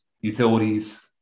utilities